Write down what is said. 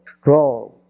strong